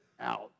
out